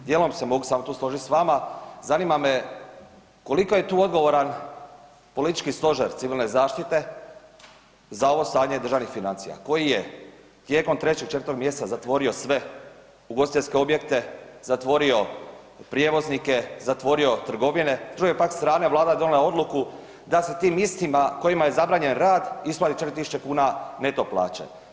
Dijelom se mogu samo tu složiti s vama, zanima me koliko je tu odgovoran politički stožer civilne zaštite za ovo stanje državnih financija koji je tijekom 3, 4 mjeseca zatvorio sve ugostiteljske objekte, zatvorio prijevoznike, zatvorio trgovine, s druge je pak strane Vlada donijela odluku da se tim istima kojima je zabranjen rad isplati 4.000 kuna neto plaće.